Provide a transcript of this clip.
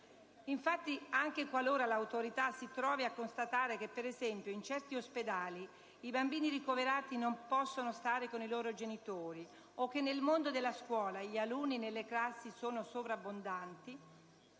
Infatti, anche qualora l'Autorità si trovi a constatare che, per esempio, in certi ospedali i bambini ricoverati non possono stare con i loro genitori, o che nel mondo della scuola gli alunni nelle classi sono sovrabbondanti,